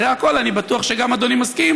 אחרי הכול, אני בטוח שגם אדוני מסכים